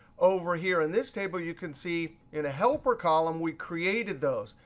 over here in this table, you can see in a helper column, we created those.